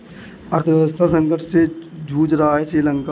अर्थव्यवस्था संकट से जूझ रहा हैं श्रीलंका